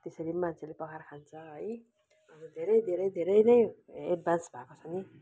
त्यसरी पनि मान्छेले पकाएर खान्छ है अब धेरै धेरै धेरै नै एडभान्स भएको छ नि